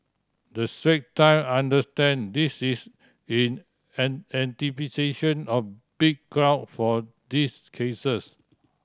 the Strait Time understand this is in an anticipation of big crowd for these cases